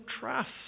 trust